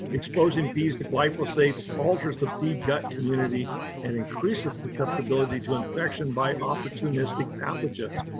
exposing bees to glyphosate alters the bee gut community and increases susceptibility to infection by opportunistic pathogens.